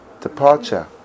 departure